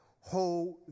hold